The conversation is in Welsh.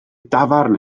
dafarn